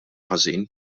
ħażin